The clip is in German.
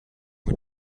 mit